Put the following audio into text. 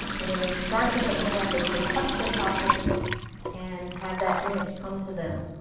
and when they'd start to get mad, they could touch their pocket and have that image come to them